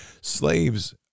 slaves